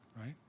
right